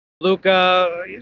Luca